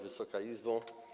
Wysoka Izbo!